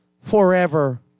forever